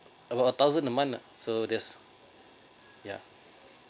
a thousand a month lah so that's yeah